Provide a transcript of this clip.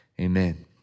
Amen